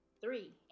three